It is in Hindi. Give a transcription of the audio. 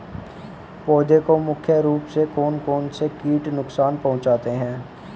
पौधों को प्रमुख रूप से कौन कौन से कीट नुकसान पहुंचाते हैं?